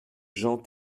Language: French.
jean